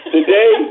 Today